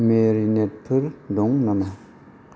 मेरिनेडफोर दं नामा